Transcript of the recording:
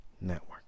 network